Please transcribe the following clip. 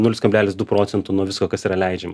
nulis kalblelis du procento nuo visko kas yra leidžiama